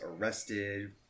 arrested